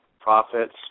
profits